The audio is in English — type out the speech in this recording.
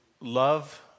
love